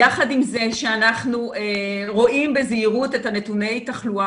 יחד עם זה שאנחנו רואים בזהירות את נתוני התחלואה